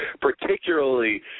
particularly